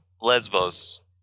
Lesbos